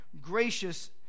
gracious